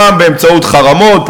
פעם באמצעות חרמות,